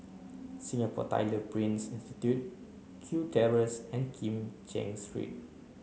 Singapore Tyler Print Institute Kew Terrace and Kim Cheng Street